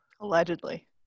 Allegedly